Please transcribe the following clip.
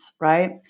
right